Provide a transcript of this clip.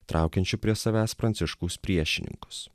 traukiančiu prie savęs pranciškaus priešininkus